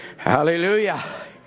Hallelujah